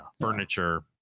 Furniture